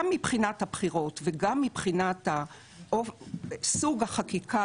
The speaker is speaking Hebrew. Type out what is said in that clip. גם מבחינת הבחירות וגם מבחינת סוג החקיקה